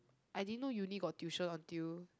I didn't know Uni got tuition until